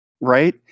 Right